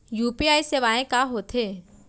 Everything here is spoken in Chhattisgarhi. यू.पी.आई सेवाएं का होथे